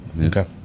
Okay